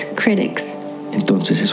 critics